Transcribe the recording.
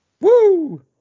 Woo